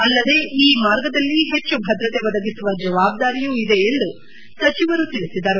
ಅಲ್ಲದೇ ಈ ಮಾರ್ಗದಲ್ಲಿ ಹೆಚ್ಚು ಭದ್ರತೆ ಒದಗಿಸುವ ಜವಾಬ್ದಾರಿಯೂ ಇದೆ ಎಂದು ಸಚಿವರು ತಿಳಿಸಿದರು